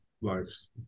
lives